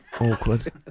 Awkward